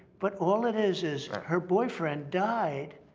but all it is, is her boyfriend died.